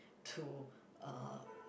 to uh